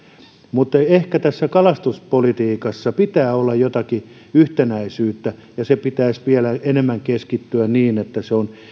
mutta ehkä tässä kalastuspolitiikassa pitää olla jotakin yhtenäisyyttä ja sen pitäisi vielä enemmän keskittyä niin että se on enemmän